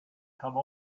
come